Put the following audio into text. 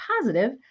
positive